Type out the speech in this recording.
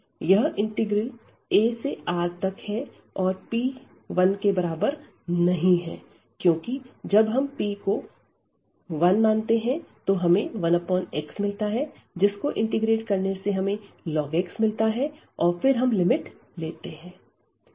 यह integral a से R तक है और p 1 क्योंकि जब हम p1 तो हमें 1x मिलता है जिसको इंटीग्रेट करने से हमें log x मिलता है और फिर हम लिमिट लेते हैं